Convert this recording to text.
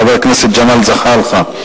חבר הכנסת ג'מאל זחאלקה,